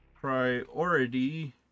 priority